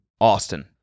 Austin